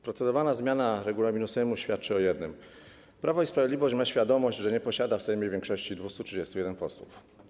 Procedowana zmiana regulaminu Sejmu świadczy o jednym: Prawo i Sprawiedliwość ma świadomość, że nie posiada w Sejmie większości 231 posłów.